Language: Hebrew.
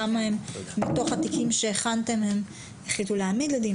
כמה מתוך התיקים שהכנתם הם החליטו להעמיד לדין,